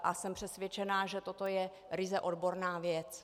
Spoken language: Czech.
A jsem přesvědčená, že toto je ryze odborná věc.